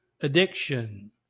addiction